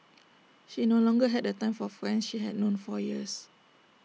she no longer had the time for friends she had known for years